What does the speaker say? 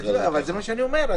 זה מה שאני אומר.